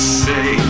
say